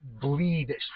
bleed